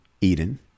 Eden